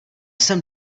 jsem